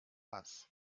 ass